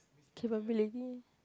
capability